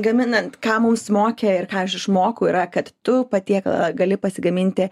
gaminant ką mums mokė ir ką aš išmokau yra kad tu patiekalą gali pasigaminti